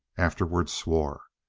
afterward swore.